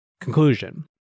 Conclusion